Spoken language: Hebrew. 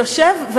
יושב.